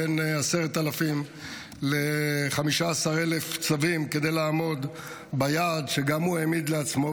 בין 10,000 ל-15,000 צווים כדי לעמוד ביעד שגם הוא העמיד לעצמו,